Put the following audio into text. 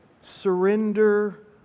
surrender